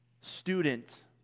student